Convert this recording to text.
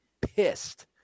pissed